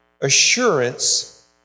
assurance